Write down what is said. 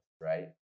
right